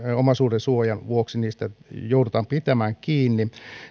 omaisuudensuojan vuoksi niistä joudutaan pitämään kiinni